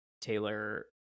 Taylor